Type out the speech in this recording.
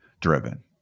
driven